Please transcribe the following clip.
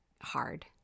hard